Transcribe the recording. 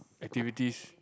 activities